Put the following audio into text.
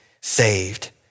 saved